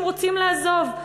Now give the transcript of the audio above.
הם רוצים לעזוב.